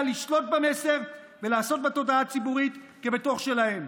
לשלוט במסר ולעשות בתודעה הציבורית כבתוך שלהם.